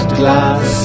glass